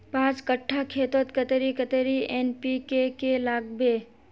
पाँच कट्ठा खेतोत कतेरी कतेरी एन.पी.के के लागबे?